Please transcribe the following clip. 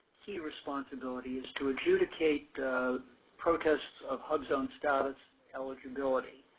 key responsibility is to adjudicate the protest of hubzone status eligibility.